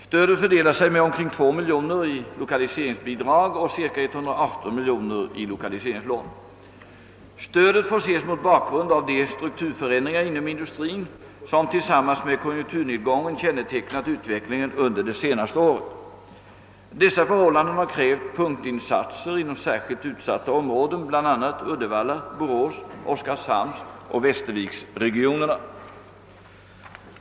Stödet fördelar sig med omkring 2 miljoner kronor i lokaliseringsbidrag och cirka 118 miljoner kronor i lokaliseringslån. Stödet får ses mot bakgrund av de strukturförändringar inom industrin som tillsammans med konjunkturnedgången kännetecknat utvecklingen under det senaste året. Dessa förhållanden har krävt punktinsatser inom särskilt utsatta områden, bl.a. Uddevalla-, Borås-, Oskarshamnsoch Västerviksregionerna.